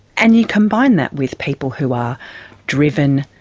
and you combine that with people who are driven,